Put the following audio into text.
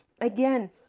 Again